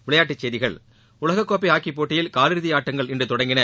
விளையாட்டுச் செய்திகள் உலகக் கோப்பை ஹாக்கி போட்டியின் காலிறுதி ஆட்டங்கள் இன்று தொடங்கின